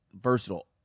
versatile